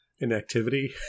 Inactivity